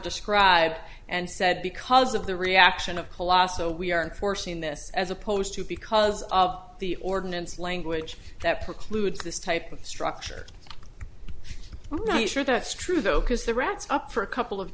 described and said because of the reaction of colossal we aren't forcing this as opposed to because of the ordinance language that precludes this type of structure i'm sure that's true though because the rats up for a couple of